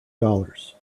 dollars